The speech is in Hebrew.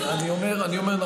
אני אומר,